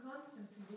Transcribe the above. constants